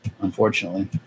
unfortunately